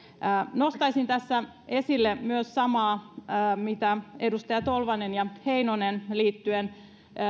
nostaisin tässä esille myös samaa mitä edustajat tolvanen ja heinonen liittyen